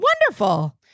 Wonderful